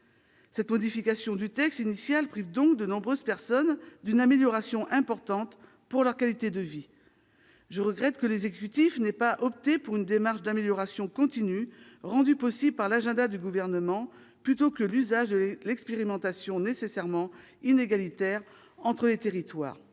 de la proposition de loi initiale prive donc de nombreuses personnes d'une amélioration importante de leur qualité de vie. Je regrette que l'exécutif n'ait pas opté pour une démarche d'amélioration continue, rendue possible par l'agenda du Gouvernement, plutôt que pour le recours à une expérimentation nécessairement inégalitaire entre les territoires.